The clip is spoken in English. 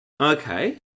Okay